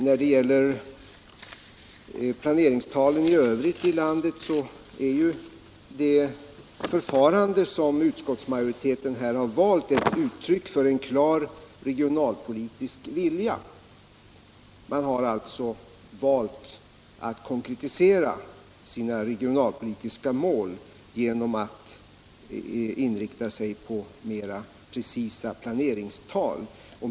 När det gäller planeringstalen i övrigt i landet är det förfarande som utskottsmajoriteten har valt ett uttryck för en klar regionalpolitisk vilja. Man har alltså valt att konkretisera sina regionalpolitiska mål genom att inrikta sig på mera precisa planeringstal.